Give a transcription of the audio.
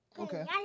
Okay